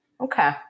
okay